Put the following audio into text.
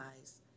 eyes